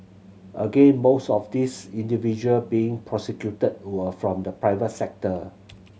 again most of these individual being prosecuted were from the private sector